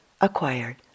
acquired